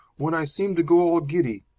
when i seemed to go all giddy.